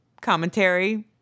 commentary